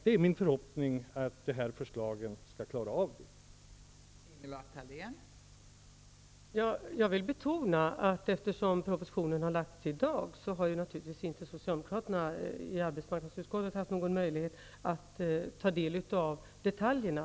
Det är min förhoppning att våra förslag skall klara den utvecklingen.